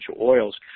oils